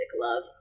love